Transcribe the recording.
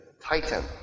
titan